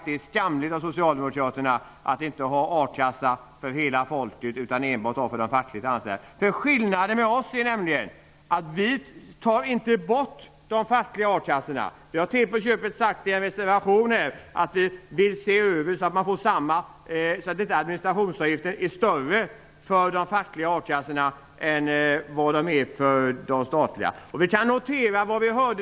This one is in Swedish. Det är skamligt av socialdemokraterna att inte ha en a-kassa för hela folket utan enbart för de fackligt anslutna. Om man jämför med oss finner man att skillnaden är att vi inte vill ta bort de fackliga a-kassorna. Vi har till på köpet i en reservation sagt att vi vill se över att inte administrationsavgiften är större för de fackliga akassorna än för de statliga.